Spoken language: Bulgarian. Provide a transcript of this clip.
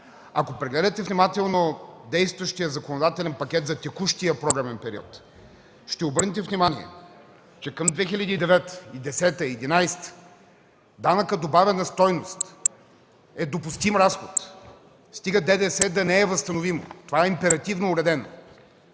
Ако прегледате внимателно действащия законодателен пакет от текущия програмен период, ще обърнете внимание, че към 2009, 2010, 2011 г. данъкът добавена стойност е допустим разход, стига ДДС да не е възстановим. Това е императивно уредено.